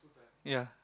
ya